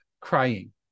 crying